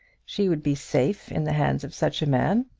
she would be safe in the hands of such a man,